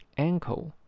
ankle